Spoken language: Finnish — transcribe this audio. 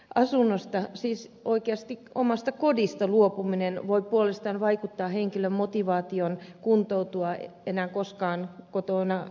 asunnosta siis oikeasti omasta kodista luopuminen voi puolestaan vaikuttaa henkilön motivaatioon kuntoutua enää koskaan kotona asujaksi